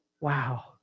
Wow